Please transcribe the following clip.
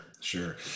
sure